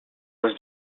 was